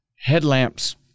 Headlamps